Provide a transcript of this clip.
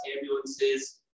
ambulances